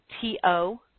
T-O